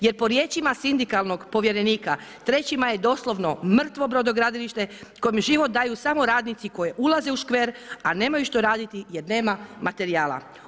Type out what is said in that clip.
Jer po riječima sindikalnog povjerenika Treći Maj je doslovno mrtvo brodogradilište kome život daju samo radnici koji ulaze u škver a nemaju što raditi jer nema materijala.